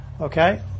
Okay